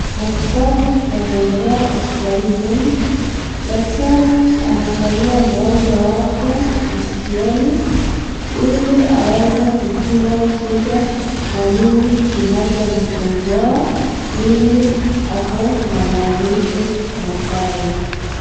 Matibabu yanaendelea hospitalini humu daktari anamuangalia mgonjwa wake maskioni iliaweze kujua shida na nini kinachomsumbua iliako na maumivu makali.